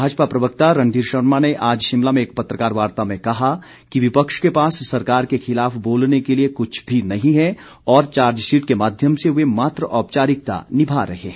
भाजपा प्रवक्ता रणधीर शर्मा ने आज शिमला में एक पत्रकार वार्ता में कहा कि विपक्ष के पास सरकार के खिलाफ बोलने के लिए कुछ भी नही है और चार्जशीट के माध्यम से वे मात्र औपचारिकता निभा रहे हैं